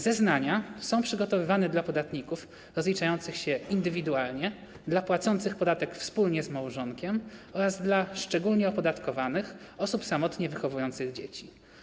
Zeznania są przygotowywane dla podatników rozliczających się indywidualnie, dla płacących podatek wspólnie z małżonkiem oraz dla szczególnie opodatkowanych osób samotnie wychowujących dzieci.